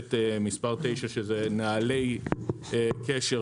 תוספת מספר 9 שזה נהלי קשר